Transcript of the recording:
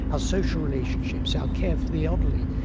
our social relationships, our care for the elderly.